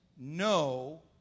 No